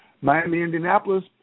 Miami-Indianapolis